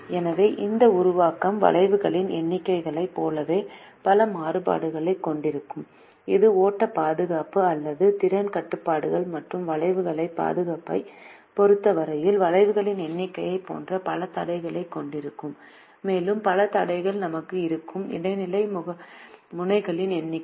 எனவே இந்த உருவாக்கம் வளைவுகளின் எண்ணிக்கையைப் போலவே பல மாறுபாடுகளைக் கொண்டிருக்கும் இது ஓட்டப் பாதுகாப்பு அல்லது திறன் கட்டுப்பாடுகள் மற்றும் வளைவுப் பாதுகாப்பைப் பொறுத்தவரையில் வளைவுகளின் எண்ணிக்கையைப் போன்ற பல தடைகளைக் கொண்டிருக்கும் மேலும் பல தடைகள் நமக்கு இருக்கும் இடைநிலை முனைகளின் எண்ணிக்கை